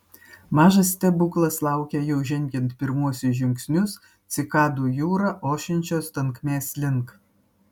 mažas stebuklas laukė jau žengiant pirmuosius žingsnius cikadų jūra ošiančios tankmės link